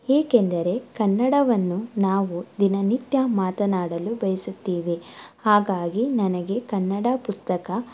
ಏಕೆಂದರೆ ಕನ್ನಡವನ್ನು ನಾವು ದಿನನಿತ್ಯ ಮಾತನಾಡಲು ಬಯಸುತ್ತೇವೆ ಹಾಗಾಗಿ ನನಗೆ ಕನ್ನಡ ಪುಸ್ತಕ